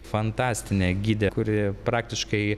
fantastinę gidę kuri praktiškai